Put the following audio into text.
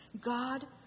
God